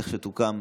לכשתוקם,